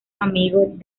amigos